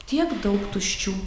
tiek daug tuščių